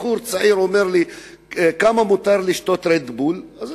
בחור צעיר ואמר לי: כמה רד-בול מותר לשתות?